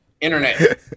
Internet